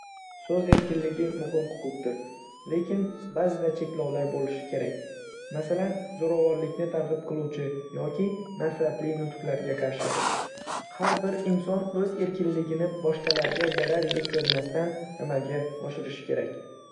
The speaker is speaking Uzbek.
So'z erkinligi muhim huquqdir, lekin ba'zida cheklovlar bo‘lishi kerak, masalan, zo‘ravonlikni targ‘ib qiluvchi yoki nafratli nutqlarga qarshi. Har bir inson o‘z erkinligini boshqalarga zarar yetkazmasdan amalga oshirishi kerak.